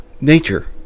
nature